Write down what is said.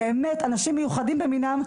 באמת אנשים מיוחדים במינם,